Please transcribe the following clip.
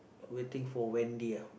waiting for Wendy ah